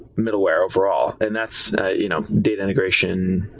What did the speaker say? middleware overall, and that's ah you know data integration,